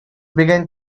began